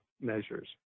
measures